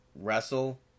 wrestle